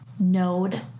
node